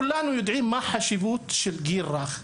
כולנו מודעים לחשיבות של הגיל הרך.